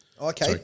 okay